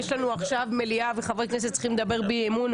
יש לנו עכשיו מליאה וחברי כנסת צריכים לדבר באי-אמון,